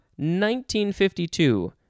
1952